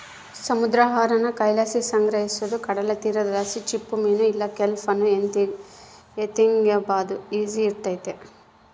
ಸಮುದ್ರ ಆಹಾರಾನ ಕೈಲಾಸಿ ಸಂಗ್ರಹಿಸೋದು ಕಡಲತೀರದಲಾಸಿ ಚಿಪ್ಪುಮೀನು ಇಲ್ಲ ಕೆಲ್ಪ್ ಅನ್ನು ಎತಿಗೆಂಬಾದು ಈಸಿ ಇರ್ತತೆ